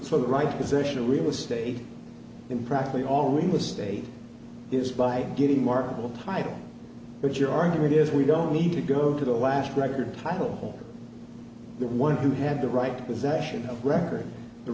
of the right position real estate in practically all real estate is by getting marketable title but your argument is we don't need to go to the last record title the one who had the right to possession of record the